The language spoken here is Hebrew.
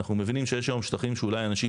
אנחנו מבינים שיש היום שטחים שאולי אנשים